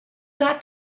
got